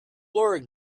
lord